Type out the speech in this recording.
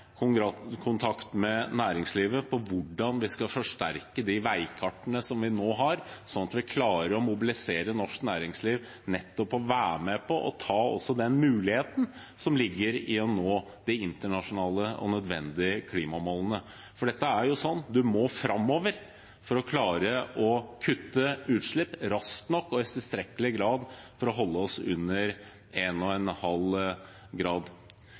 med næringslivet om hvordan vi skal forsterke de veikartene som vi nå har, slik at vi klarer å mobilisere norsk næringsliv til å være med på å ta den muligheten som ligger i å nå de internasjonale og nødvendige klimamålene. Det er jo sånn at vi må framover for å klare å kutte utslipp raskt nok og i tilstrekkelig grad for å holde oss under